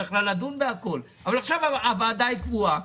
עכשיו הוועדה היא ועדה קבועה.